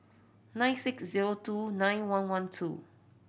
nine six zero two nine one one two